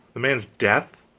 the man's death?